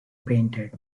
painted